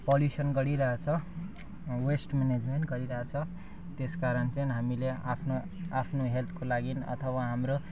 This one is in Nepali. पोल्युसन गरिरहेको छ वेस्ट म्यानेजमेन्ट गरिरहेको छ त्यस कारण चाहिँ हामीले आफ्नो आफ्नो हेल्थको लागि अथवा हाम्रो